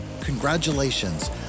Congratulations